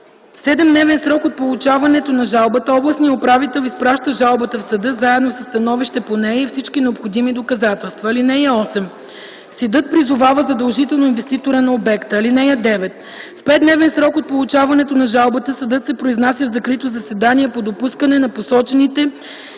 В 7-дневен срок от получаването на жалбата областният управител изпраща жалбата в съда заедно със становище по нея и всички необходими доказателства. (8) Съдът призовава задължително инвеститора на обекта. (9) В 5-дневен срок от получаването на жалбата съдът се произнася в закрито заседание по допускане на посочените